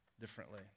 differently